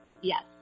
Yes